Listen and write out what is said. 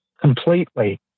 completely